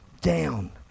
down